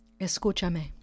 Escúchame